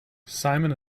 simon